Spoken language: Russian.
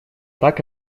так